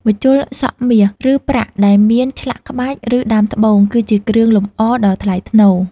ម្ជុលសក់មាស ឬប្រាក់ដែលមានឆ្លាក់ក្បាច់ ឬដាំត្បូង គឺជាគ្រឿងលម្អដ៏ថ្លៃថ្នូរ។